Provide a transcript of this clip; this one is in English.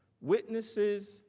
witnesses,